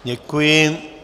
Děkuji.